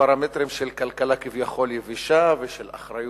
לפרמטרים של כלכלה כביכול יבשה ושל אחריות,